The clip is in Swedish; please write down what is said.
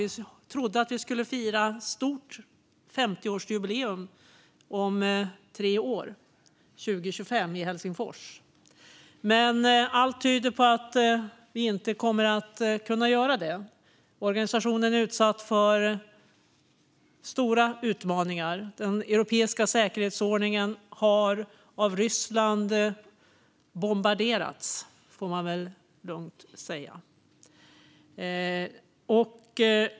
Vi trodde att vi skulle få fira stort 50-årsjubileum om tre år, år 2025, i Helsingfors, men allt tyder på att vi inte kommer att kunna göra det. Organisationen är utsatt för stora utmaningar. Den europeiska säkerhetsordningen har av Ryssland bombarderats, kan man lugnt säga.